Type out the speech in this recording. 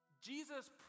Jesus